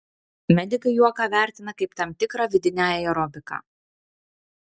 medikai juoką vertina kaip tam tikrą vidinę aerobiką